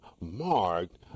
marked